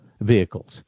vehicles